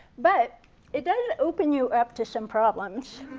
but it does open you up to some problems.